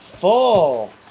full